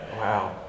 Wow